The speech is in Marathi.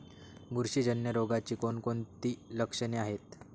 बुरशीजन्य रोगाची कोणकोणती लक्षणे आहेत?